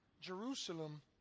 Jerusalem